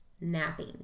napping